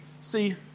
See